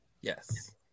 Yes